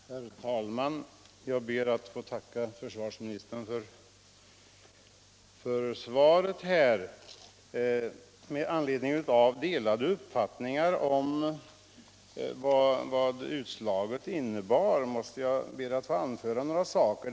prierats för militära Herr talman! Jag ber att få tacka försvarsministern för svaret. ändamål Med anledning av delade uppfattningar om vad utslaget innebar måste jag be att få anföra några saker.